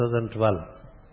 2012